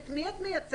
את מי את מייצגת,